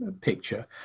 picture